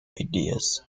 ideas